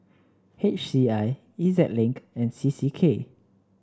H C I E Z Link and C C K